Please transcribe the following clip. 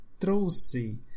trouxe